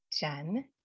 Jen